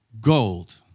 gold